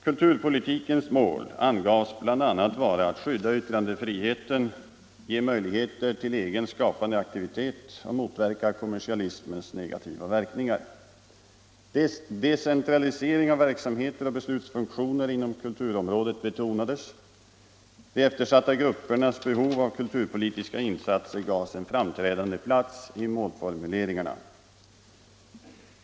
Kulturpolitikens mål angavs bl.a. vara att skydda yttrandefriheten, ge möjligheter till egen skapande aktivitet och motverka kommersialismens negativa verkningar. Decentralisering av verksamheter och beslutsfunktioner inom kulturområdet betonades. De eftersatta gruppernas behov av kulturpolitiska insatser gavs en framträdande plats i målformuleringarna.